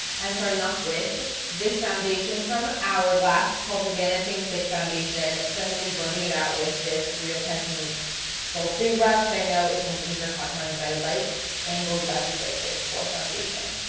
i'm starting off with this foundation from hourglass is called the vanishing stick foundation. and i'm gonna be blending it out with this real techniques sculpting brush. which i know is technically for contouring, but i like angled brushes like this for foundation.